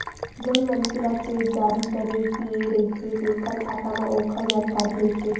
जउन मनखे ल चेक जारी करे गे रहिथे तेखर खाता म ओखर जानकारी रहिथे